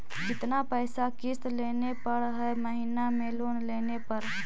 कितना पैसा किस्त देने पड़ है महीना में लोन लेने पर?